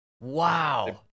Wow